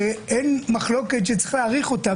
אין מחלוקת שצריך להאריך אותה.